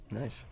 Nice